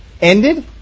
ended